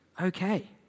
okay